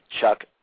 Chuck